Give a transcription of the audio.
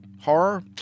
horror